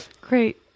Great